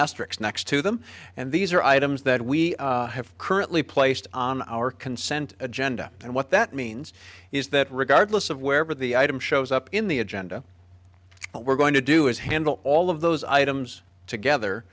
asterisk next to them and these are items that we have currently placed on our consent agenda and what that means is that regardless of wherever the item shows up in the agenda what we're going to do is handle all of those items together